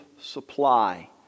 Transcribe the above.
supply